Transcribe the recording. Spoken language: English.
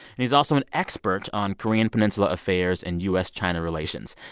and he's also an expert on korean peninsula affairs and u s china relations.